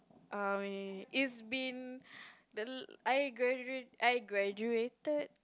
um it's been the la~ I gradua~ I graduated